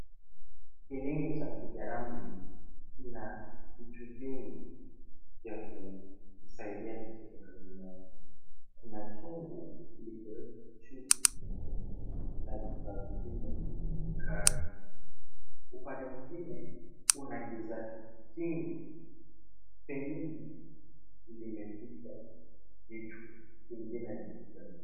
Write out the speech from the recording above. Kilinge cha mpigaramli, kina na vitu vingi vya kumsaidia katika kazi yake. Kuna chungu kilichowekwa chupa na vifaa vingine vya kazi. Upande mwingine kuna giza jingi, pengine limeficha vitu vingine vya kazi.